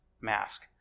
mask